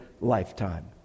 lifetime